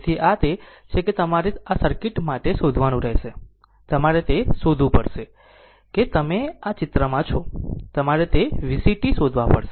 તેથી આ તે છે જે તમારે આ સર્કિટ માટે શોધવાનું રહેશે તમારે તે શોધવું પડશે કે તમે આ ચિત્રમાં છો તમારે તે VCt શોધવા પડશે